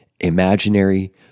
imaginary